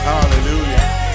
Hallelujah